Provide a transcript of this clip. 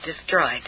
destroyed